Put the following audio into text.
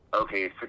Okay